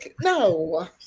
no